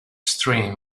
stream